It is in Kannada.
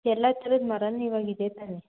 ಎಲ್ಲ ಥರದ್ ಮರ ಇವಾಗಿದೆ ತಾನೇ